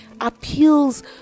appeals